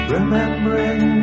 Remembering